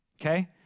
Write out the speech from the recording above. Okay